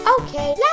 Okay